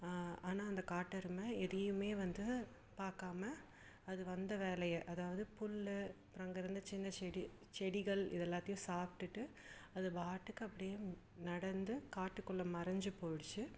ஆனால் அந்த காட்டெருமை எதையுமே வந்து பார்க்காம அது வந்த வேலையை அதாவது புல் அப்புறம் அங்கிருந்த சின்ன செடி செடிகள் இது எல்லாத்தையும் சாப்பிட்டுட்டு அது பாட்டுக்கு அப்படியே நடந்து காட்டுக்குள்ளே மறைஞ்சி போயிடுச்சு